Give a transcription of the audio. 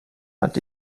hat